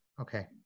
Okay